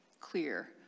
clear